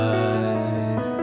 eyes